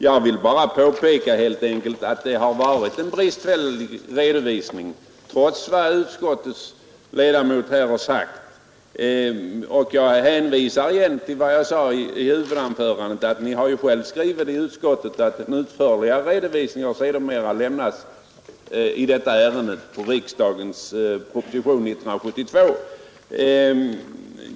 Jag vill helt enkelt påpeka att det har varit en bristfällig redovisning trots utskottets talesmans påståenden om motsatsen, och jag hänvisar till vad jag sade i mitt huvudanförande, att ni själva i utskottsbetänkandet har skrivit att en utförligare redovisning sedermera har lämnats riksdagen i propositionen 28 år 1972.